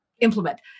implement